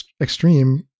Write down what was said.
extreme